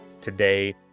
today